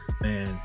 Man